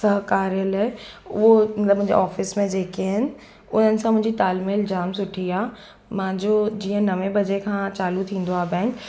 सहकार्यलय उहो गंज ऑफ़िस में जेके आहिनि उन्हनि सां मुंहिंजी तालमेल जामु सुठी आहे मुंहिंजो जीअं नवें बजे खां चालू थींदो आहे बैंक